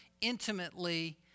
intimately